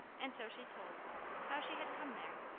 and so she told how she had come there,